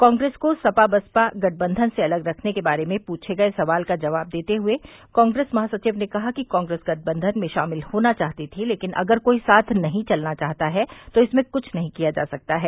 कांग्रेस को सपा बसपा गठबंधन से अलग रखने के बारे में पूछे गये सवाल का जवाब देते हुए कांग्रेस महासचिव ने कहा कि कांग्रेस गठबंधन में शामिल होना चाहती थी लेकिन अगर कोई साथ नहीं चलना चाहता है तो इसमें कुछ नहीं किया जा सकता है